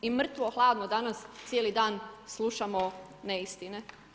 I mrtvo hladno, danas, cijeli dan, slušamo neistine.